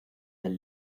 del